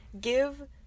give